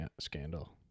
scandal